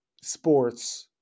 sports